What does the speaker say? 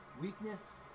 weakness